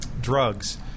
drugs